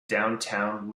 downtown